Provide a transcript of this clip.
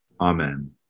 Amen